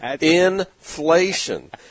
Inflation